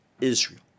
Israel